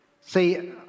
See